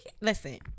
listen